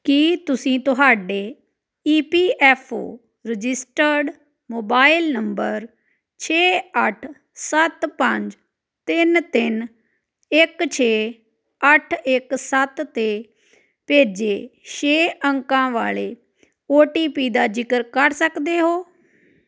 ਕੀ ਤੁਸੀਂ ਤੁਹਾਡੇ E P F O registered mobile number ਛੇ ਅੱਠ ਸੱਤ ਪੰਜ ਤਿੰਨ ਤਿੰਨ ਇਕ ਛੇ ਅੱਠ ਇਕ ਸੱਤ 'ਤੇ ਭੇਜੇ ਛੇ ਅੰਕਾਂ ਵਾਲੇ ਓ ਟੀ ਪੀ ਦਾ ਜ਼ਿਕਰ ਕਰ ਸਕਦੇ ਹੋ